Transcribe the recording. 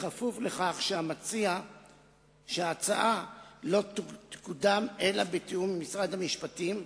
כפוף לכך שההצעה לא תקודם אלא בתיאום עם משרד המשפטים,